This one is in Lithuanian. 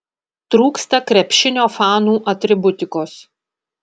trūksta krepšinio fanų atributikos